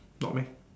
not meh